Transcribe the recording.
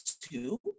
two